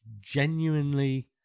genuinely